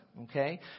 Okay